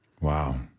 Wow